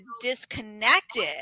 disconnected